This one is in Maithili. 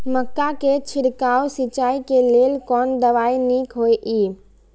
मक्का के छिड़काव सिंचाई के लेल कोन दवाई नीक होय इय?